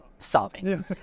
Solving